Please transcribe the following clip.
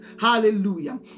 Hallelujah